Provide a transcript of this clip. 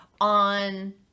on